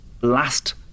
last